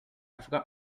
forgot